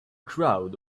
crowd